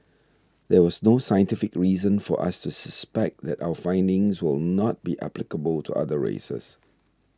there was no scientific reason for us to suspect that our findings will not be applicable to other races